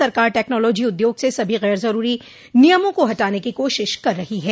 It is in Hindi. सरकार टैक्नोलॉजी उद्योग से सभी गैर जरूरी नियमों को हटाने की कोशिश कर रही है